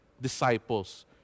disciples